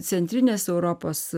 centrinės europos